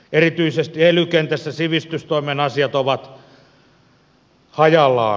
erityisesti ely kentässä sivistystoimen asiat ovat hajallaan